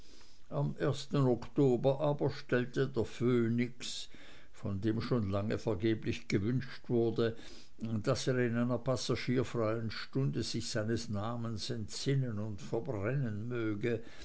am oktober aber stellte der phönix von dem seit langem vergeblich gewünscht wurde daß er in einer passagierfreien stunde sich seines namens entsinnen und verbrennen möge